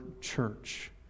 church